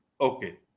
Okay